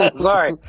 sorry